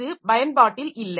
இது பயன்பாட்டில் இல்லை